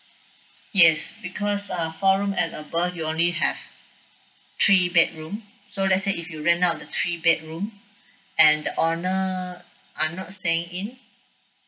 yes because uh four room and above you only have three bedroom so let's say if you rent out the three bedroom and the owner are not staying in